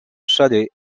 chalais